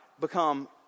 become